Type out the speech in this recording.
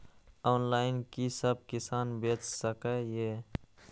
Online कि सब किसान बैच सके ये?